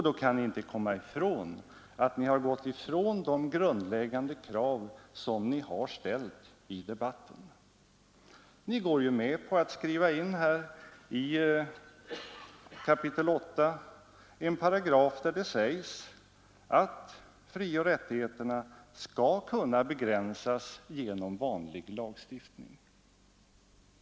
Då kan ni inte förneka att ni har gått ifrån de grundläggande krav som ni ställt i debatten. Ni går ju med på att skriva in i kap. 8 en paragraf, vari sägs att frioch rättigheterna skall kunna begränsas genom vanlig lagstiftning.